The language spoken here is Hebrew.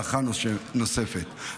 להארכה נוספת,